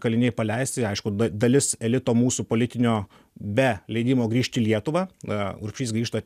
kaliniai paleisti aišku dalis elito mūsų politinio be leidimo grįžt į lietuvą a urbšys grįžta